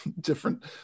different